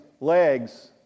legs